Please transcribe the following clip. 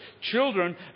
Children